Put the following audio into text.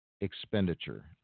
expenditure